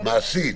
אני שואל מעשית.